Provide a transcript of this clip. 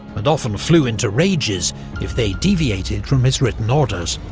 and often flew into rages if they deviated from his written orders.